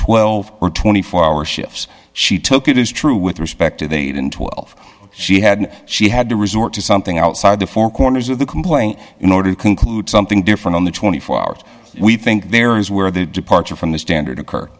dollars or twenty four hour shifts she took it is true with respect to the eight in twelve she had she had to resort to something outside the four corners of the complaint in order to conclude something different on the twenty four hours we think there is where the departure from the standard occur